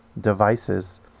devices